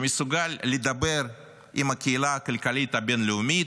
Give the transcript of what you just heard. שמסוגל לדבר עם הקהילה הכלכלית הבין-לאומית,